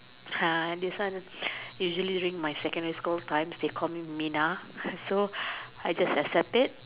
ha this one usually during my secondary school time they called me Mina so I just accept it